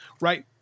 right